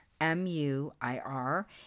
M-U-I-R